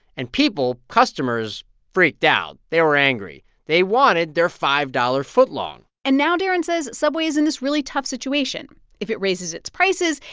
and people customers freaked out. they were angry. they wanted their five-dollar footlong and now, darren says, subway is in this really tough situation. if it raises its prices,